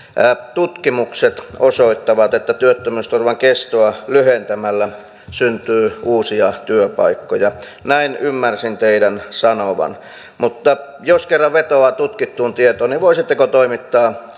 tutkimukset osoittavat että työttömyysturvan kestoa lyhentämällä syntyy uusia työpaikkoja näin ymmärsin teidän sanovan mutta jos kerran vetoaa tutkittuun tietoon niin voisitteko toimittaa